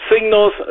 signals